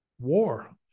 war